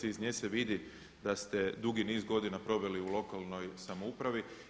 Iz nje se vidi da ste dugi niz godina proveli u lokalnoj samoupravi.